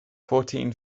fourteen